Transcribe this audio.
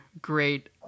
great